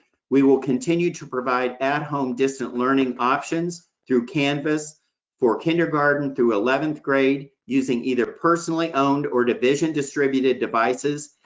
we will continue to provide at-home, distance learning options through canvas for kindergarten through eleventh grade, using either personally owned or division distributed devices,